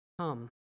come